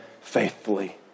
faithfully